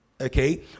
Okay